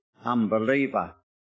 unbeliever